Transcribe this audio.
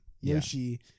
Yoshi